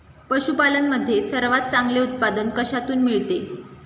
पशूपालन मध्ये सर्वात चांगले उत्पादन कशातून मिळते?